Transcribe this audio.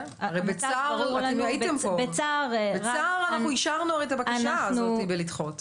כן, הרי בצער אנחנו אישרנו את הבקשה הזו לדחות.